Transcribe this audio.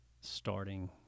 Starting